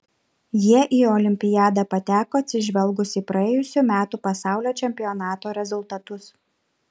jie į olimpiadą pateko atsižvelgus į praėjusių metų pasaulio čempionato rezultatus